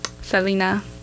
Selena